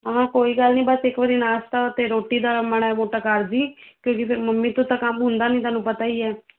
ਹਾਂ ਹਾਂ ਕੋਈ ਗੱਲ ਨਹੀਂ ਬਸ ਇੱਕ ਵਾਰੀ ਨਾਸ਼ਤਾ ਤੇ ਰੋਟੀ ਦਾ ਮਾੜਾ ਮੋਟਾ ਕਰ ਦੀ ਕਿਉਂਕਿ ਫਿਰ ਮੰਮੀ ਤੋਂ ਤਾਂ ਕੰਮ ਹੁੰਦਾ ਨੀ ਤੈਨੂੰ ਪਤਾ ਈ ਆ